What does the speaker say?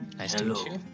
hello